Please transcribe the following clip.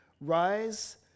Rise